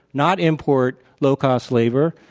not import low-cost labor,